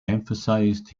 emphasized